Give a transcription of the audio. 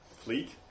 fleet